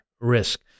risk